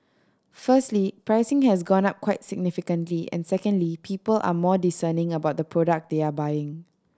firstly pricing has gone up quite significantly and secondly people are more discerning about the product they are buying